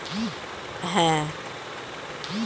fiat মানে হচ্ছে note আর কয়েন যা দিয়ে আমরা কেনা বেচা করি